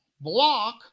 block